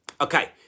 Okay